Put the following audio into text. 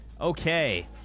Okay